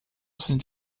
sind